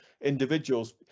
individuals